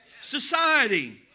society